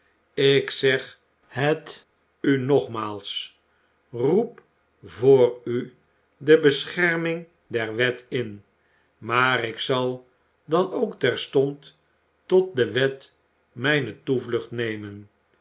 ik zeg het u nogmaals roep voor u de bescherming der wet in maar ik zal dan ook terstond tot de wet mijne toevlucht nemen